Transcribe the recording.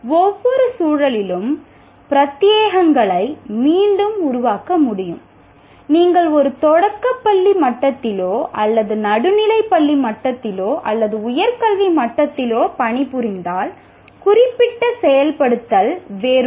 ஒவ்வொரு சூழலிலும் பிரத்தியேகங்களை மீண்டும் உருவாக்க முடியும் நீங்கள் ஒரு தொடக்கப்பள்ளி மட்டத்திலோ அல்லது நடுநிலைப் பள்ளி மட்டத்திலோ அல்லது உயர் கல்வி மட்டத்திலோ பணிபுரிந்தால் குறிப்பிட்ட செயல்படுத்தல் வேறுபடும்